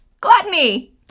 Gluttony